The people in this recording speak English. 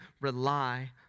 rely